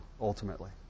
ultimately